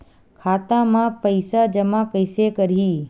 खाता म पईसा जमा कइसे करही?